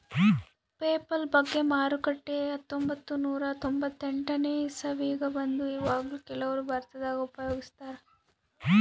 PayPal ಬಗ್ಗೆ ಮಾರುಕಟ್ಟೆಗ ಹತ್ತೊಂಭತ್ತು ನೂರ ತೊಂಬತ್ತೆಂಟನೇ ಇಸವಿಗ ಬಂತು ಈವಗ್ಲೂ ಕೆಲವರು ಭಾರತದಗ ಉಪಯೋಗಿಸ್ತರಾ